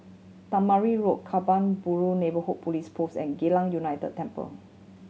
Tangmere Road Kebun Baru Neighbourhood Police Post and Geylang United Temple